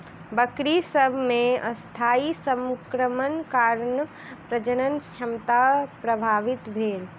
बकरी सभ मे अस्थायी संक्रमणक कारणेँ प्रजनन क्षमता प्रभावित भेल